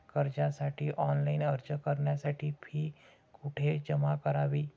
कर्जासाठी ऑनलाइन अर्ज करण्यासाठी फी कुठे जमा करावी?